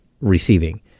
receiving